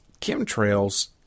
chemtrails